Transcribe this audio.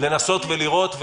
לנסות ולראות,